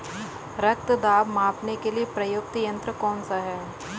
रक्त दाब मापने के लिए प्रयुक्त यंत्र कौन सा है?